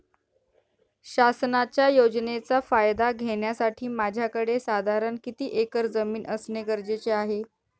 शासनाच्या योजनेचा फायदा घेण्यासाठी माझ्याकडे साधारण किती एकर जमीन असणे गरजेचे आहे?